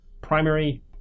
Primary